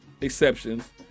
exceptions